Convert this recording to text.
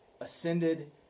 ascended